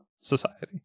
society